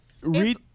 Read